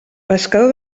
pescador